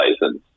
license